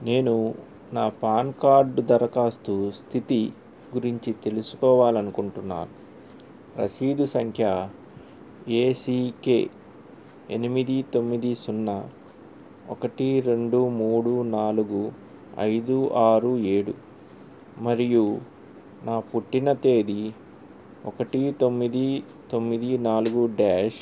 నేను నా PAN card దరఖాస్తు స్థితి గురించి తెలుసుకోవాలి అనుకుంటున్నాను రసీదు సంఖ్య ఏ సీ కే ఎనిమిది తొమ్మిది సున్నా ఒకటి రెండు మూడు నాలుగు ఐదు ఆరు ఏడు మరియు నా పుట్టిన తేదీ ఒకటి తొమ్మిది తొమ్మిది నాలుగు డ్యాష్